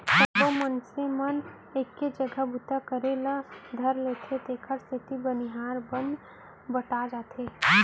सबो मनखे मन एके संग बूता करे ल धर लेथें तेकर सेती बनिहार मन बँटा जाथें